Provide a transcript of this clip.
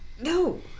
no